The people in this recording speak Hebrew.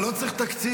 אבל לא צריך תקציב,